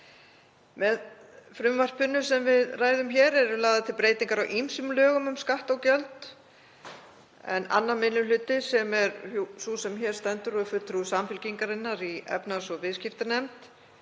Með frumvarpinu sem við ræðum hér eru lagðar til breytingar á ýmsum lögum um skatta og gjöld. 2. minni hluti, sem er sú er hér stendur og er fulltrúi Samfylkingarinnar í efnahags- og viðskiptanefnd,